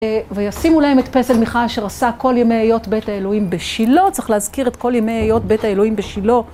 וישימו להם את פסל מיכה אשר עשה כל ימי היות בית האלוהים בשילו. צריך להזכיר את כל ימי היות בית האלוהים בשילו.